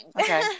Okay